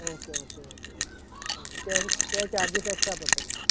okay okay okay okay okay तें तें charges extra पडटलें